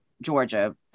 Georgia